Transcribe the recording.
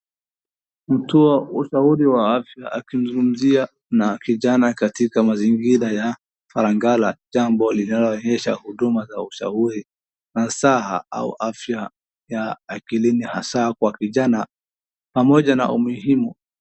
Mtoa ushauri wa afya kizumzungumzia kijana katika mazingira ya farangala jambo linaloonyesha huduma za ushauri, nasaha au afya ya akilini hasa kwa kijana, pamoja na umuhimu.